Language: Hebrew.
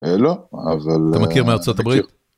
לא, אבל... אתה מכיר מארצות הברית?